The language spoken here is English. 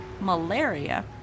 malaria